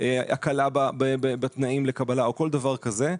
הקלה בתנאים לקבלה או כל דבר כזה.